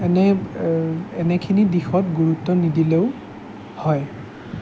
এনে এনেখিনি দিশত গুৰুত্ব নিদিলেও হয়